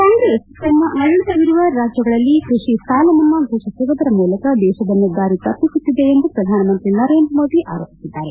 ಕಾಂಗ್ರೆಸ್ ತನ್ನ ಆಡಳಿತವಿರುವ ರಾಜ್ಯಗಳಲ್ಲಿ ಕೃಷಿ ಸಾಲಮನ್ನಾ ಘೋಷಿಸುವುದರ ಮೂಲಕ ದೇಶವನ್ನು ದಾರಿ ತಪ್ಪಿಸುತ್ತಿದೆ ಎಂದು ಪ್ರಧಾನಮಂತ್ರಿ ನರೇಂದ್ರಮೋದಿ ಆರೋಪಿಸಿದ್ದಾರೆ